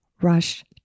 rush